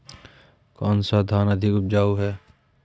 कौन सा धान अधिक उपजाऊ है?